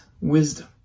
wisdom